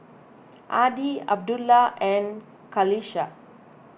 Adi Abdullah and Qalisha